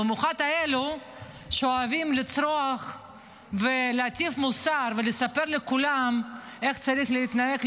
במיוחד אלה שאוהבים לצרוח ולהטיף מוסר ולספר לכולם איך צריך להתנהג,